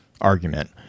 argument